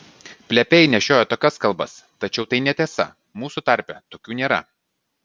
plepiai nešiojo tokias kalbas tačiau tai netiesa mūsų tarpe tokių nėra